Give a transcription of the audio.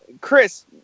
Chris